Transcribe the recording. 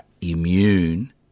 immune